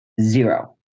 Zero